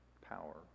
power